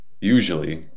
usually